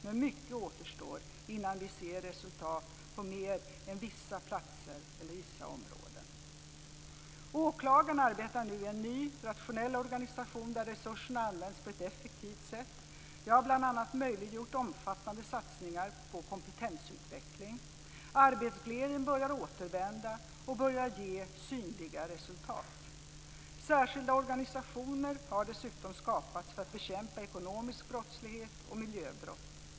Men mycket återstår innan vi ser resultat på mer än vissa platser eller vissa områden. Åklagarna arbetar nu i en ny, rationell organisation där resurserna används på ett effektivt sätt. Det har bl.a. möjliggjort omfattande satsningar på kompetensutveckling. Arbetsglädjen börjar återvända och ge synliga resultat. Särskilda organisationer har dessutom skapats för att bekämpa ekonomisk brottslighet och miljöbrott.